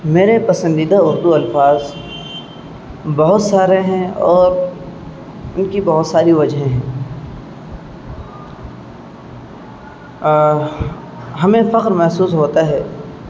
میرے پسندیدہ اردو الفاظ بہت سارے ہیں اور ان کی بہت ساری وجہیں ہیں ہمیں فخر محسوس ہوتا ہے